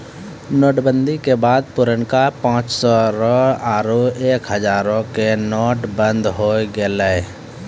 note बंदी के बाद पुरनका पांच सौ रो आरु एक हजारो के नोट बंद होय गेलै